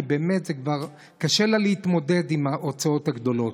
כי באמת זה כבר קשה לה להתמודד עם ההוצאות הגדולות.